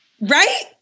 Right